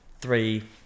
three